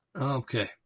Okay